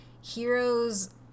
heroes